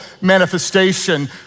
manifestation